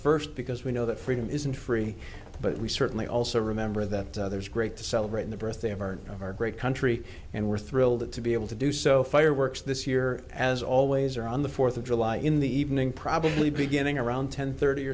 first because we know that freedom isn't free but we certainly also remember that there's great to celebrate the birthday of our great country and we're thrilled to be able to do so fireworks this year as always or on the fourth of july in the evening probably beginning around ten thirty